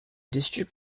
district